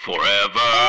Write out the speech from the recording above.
Forever